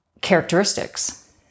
characteristics